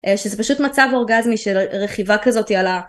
שזה פשוט מצב אורגזמי של רכיבה כזאת על ה...